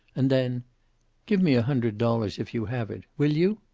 and then give me a hundred dollars, if you have it. will you?